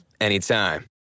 anytime